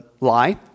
lie